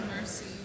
mercy